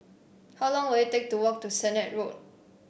how long will it take to walk to Sennett Road